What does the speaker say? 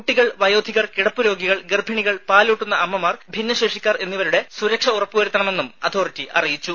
കുട്ടികൾ വയോധികർ കിടപ്പു രോഗികൾ ഗർഭിണികൾ പാലൂട്ടുന്ന അമ്മമാർ ഭിന്നശേഷിക്കാർ എന്നിവരുടെ സുരക്ഷ ഉറപ്പുവരുത്തണമെന്നും അതോറിറ്റി അറിയിച്ചു